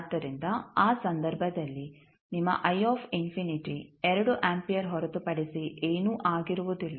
ಆದ್ದರಿಂದ ಆ ಸಂದರ್ಭದಲ್ಲಿ ನಿಮ್ಮ 2 ಆಂಪಿಯರ್ ಹೊರತುಪಡಿಸಿ ಏನೂ ಆಗಿರುವುದಿಲ್ಲ